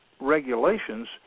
regulations